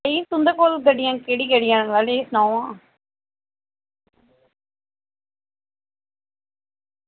भैया तुं'दे कोल गड्डियां केह्ड़ी केह्ड़ियां न पैह्लें एह् सनाओ हां